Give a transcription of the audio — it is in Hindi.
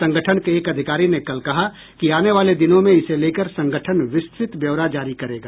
संगठन के एक अधिकारी ने कल कहा कि आने वाले दिनों में इसे लेकर संगठन विस्तृत ब्यौरा जारी करेगा